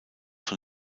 von